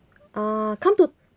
ah come to